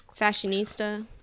Fashionista